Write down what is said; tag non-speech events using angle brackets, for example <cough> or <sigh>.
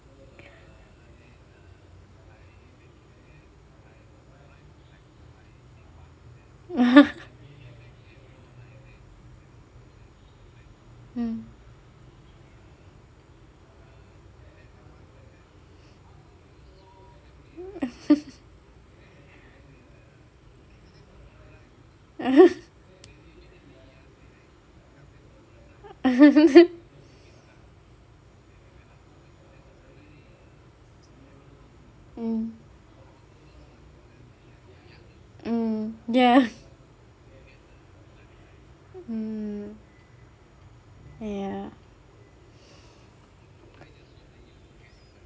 <laughs> mm <laughs> <laughs> <laughs> mm mm ya <laughs> mm ya <breath>